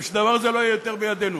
ושהדבר הזה לא יהיה יותר בידינו.